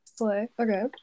Okay